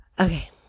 okay